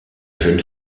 jeune